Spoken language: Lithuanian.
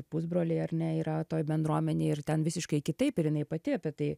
pusbroliai ar ne yra toj bendruomenėj ir ten visiškai kitaip ir jinai pati apie tai